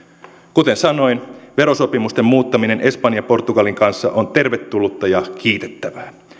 kuten sanoin verosopimusten muuttaminen espanjan ja portugalin kanssa on tervetullutta ja kiitettävää